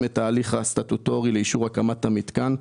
את התהליך הסטטוטורי לאישור הקמת המתקן,